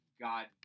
God